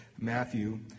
Matthew